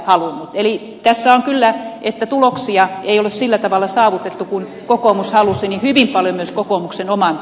eli tässä on kyllä se että tuloksia ei ole sillä tavalla saavutettu kuin kokoomus halusi hyvin paljon myös kokoomuksen oman